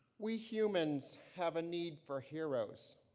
we, humans, have a need for heroes.